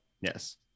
Yes